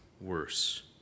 worse